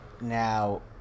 Now